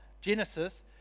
Genesis